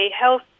health